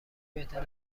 بهتر